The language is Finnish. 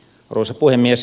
arvoisa puhemies